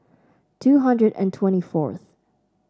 two hundred and twenty fourth